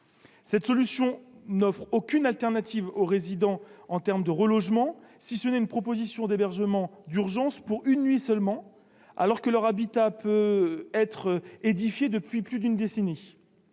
Cette solution n'offre aucune alternative aux résidents en termes de relogement, si ce n'est une proposition d'hébergement d'urgence pour une nuit seulement, alors que leur habitat peut avoir été édifié depuis plus d'une décennie.